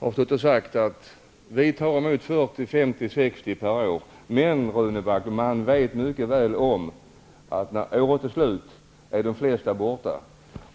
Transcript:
-- tar emot 40, 50 eller 60 per år. Men, Rune Backlund, man vet mycket väl att vid årets slut är de flesta borta.